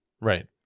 right